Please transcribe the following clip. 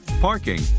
parking